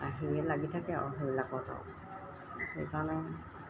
সিয়ে লাগি থাকে আৰু সেইবিলাকত আৰু সেইকাৰণে